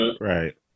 Right